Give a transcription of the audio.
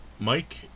Mike